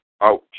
Ouch